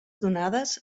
donades